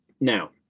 Now